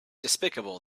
despicable